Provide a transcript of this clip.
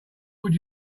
would